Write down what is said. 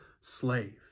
slave